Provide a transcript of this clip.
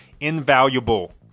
invaluable